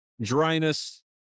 dryness